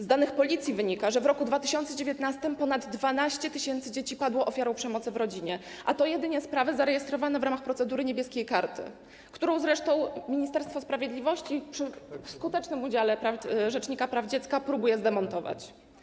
Z danych Policji wynika, że w roku 2019 ponad 12 tys. dzieci padło ofiarą przemocy w rodzinie, a to jedynie sprawy zarejestrowane w ramach procedury „Niebieskiej karty”, którą zresztą Ministerstwo Sprawiedliwości, przy skutecznym udziale rzecznika praw dziecka, próbuje zdemontować.